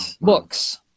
Books